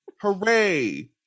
Hooray